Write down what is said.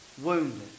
wounded